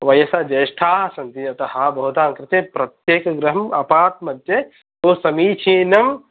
वयसा ज्येष्ठाः सन्ति अतः भवतां कृते प्रत्येकगृहम् अपार्ट् मध्ये बहु समीचीनम्